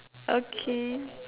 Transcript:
okay